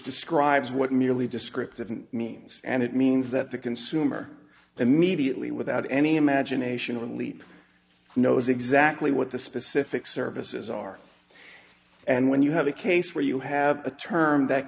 describes what nearly descriptive and means and it means that the consumer immediately without any imagination or a leap knows exactly what the specific services are and when you have a case where you have a term that